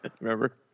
Remember